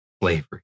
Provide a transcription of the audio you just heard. slavery